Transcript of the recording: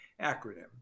acronym